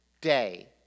day